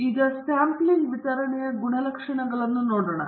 ಆದ್ದರಿಂದ ಈಗ ಸ್ಯಾಂಪಲಿಂಗ್ ವಿತರಣೆಯ ಗುಣಲಕ್ಷಣಗಳನ್ನು ನೋಡೋಣ